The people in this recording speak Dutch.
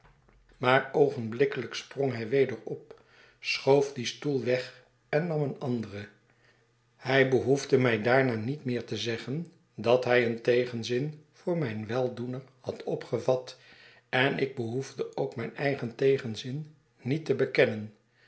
maar oogenblikkelijk sprong hij weder op schoof dien stoel weg en nam een anderen hij behqefde mij daarna niet meer te zeggen dat hij een tegenzin voor mijn weldoener had opgevat en ik behoefde ook mijn eigen tegenzin niet te bekennen